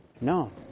No